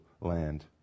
land